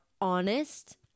honest